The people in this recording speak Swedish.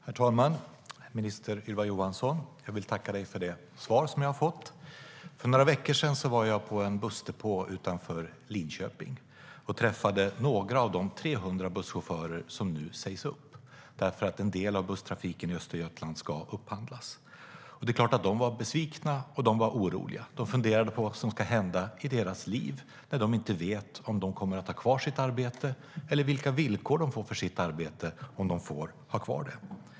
Herr talman! Minister Ylva Johansson! Jag vill tacka för det svar som jag har fått. För några veckor sedan var jag på en bussdepå utanför Linköping och träffade några av de 300 busschaufförer som sägs upp för att en del av busstrafiken i Östergötland ska upphandlas. Det är klart att de var besvikna och oroliga. De funderade på vad som ska hända i deras liv när de inte vet om de kommer att ha kvar sitt arbete eller vilka villkor de får på sitt arbete om de får ha kvar det.